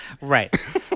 Right